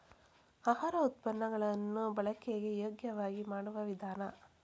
ಆಹಾರ ಉತ್ಪನ್ನ ಗಳನ್ನು ಬಳಕೆಗೆ ಯೋಗ್ಯವಾಗಿ ಮಾಡುವ ವಿಧಾನ